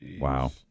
wow